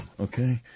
Okay